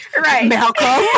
Malcolm